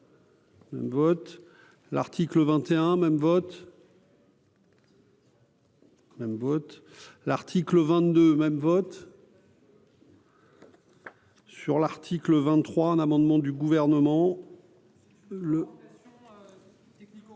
Le vote, l'article 21 même vote. Même votre l'article 22 même vote. Et la. Sur l'article 23, un amendement du gouvernement.